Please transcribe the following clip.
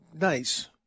nice